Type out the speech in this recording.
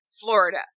Florida